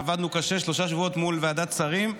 עבדנו קשה שלושה שבועות מול ועדת שרים,